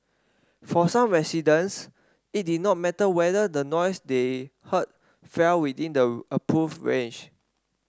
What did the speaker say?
for some residents it did not matter whether the noise they heard fell within the approved range